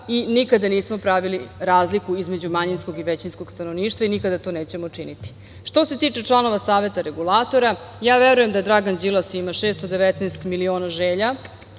i nikada nismo pravili razliku između manjinskog i većinskog stanovništva i nikada to nećemo činiti. Što se tiče članova Saveta regulatora, verujem da Dragan Đilas ima 619 miliona želja,